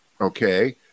okay